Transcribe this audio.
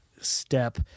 step